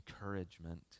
encouragement